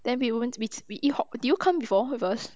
then we went to eat we eat hot~ did you come before with us